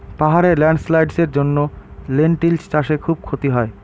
পাহাড়ে ল্যান্ডস্লাইডস্ এর জন্য লেনটিল্স চাষে খুব ক্ষতি হয়